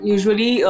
Usually